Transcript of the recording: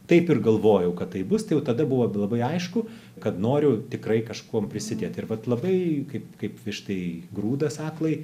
taip ir galvojau kad taip bus jau tada buvo labai aišku kad noriu tikrai kažkuom prisidėt ir vat labai kaip kaip vištai grūdas aklai